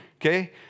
Okay